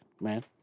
man